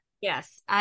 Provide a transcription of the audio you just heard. Yes